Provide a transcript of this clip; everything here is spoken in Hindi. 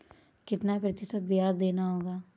कितना प्रतिशत ब्याज देना होगा?